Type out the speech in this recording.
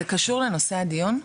זה קשור לנושא הדיון?